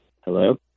Hello